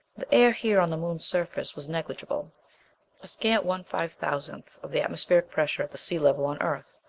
the air here on the moon surface was negligible a scant one five-thousandth of the atmospheric pressure at the sea level on earth.